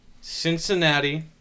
Cincinnati